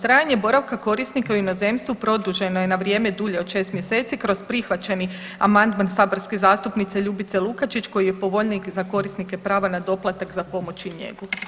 Trajanje boravka korisnika u inozemstvu produženo je na vrijeme dulje od 6 mjeseci kroz prihvaćeni amandman saborske zastupnice Ljubice Lukačić koji je povoljniji za korisnike prava na doplatak za pomoć i njegu.